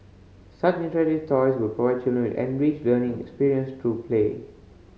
such interactive toys will provide children an enriched learning experience through play